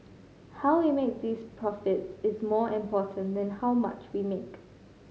how we make those profits is more important than how much we make